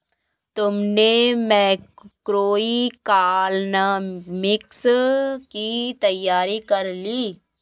तुमने मैक्रोइकॉनॉमिक्स की तैयारी कर ली?